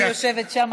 אם הייתי יושבת שם,